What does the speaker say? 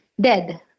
dead